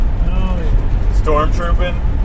Stormtrooping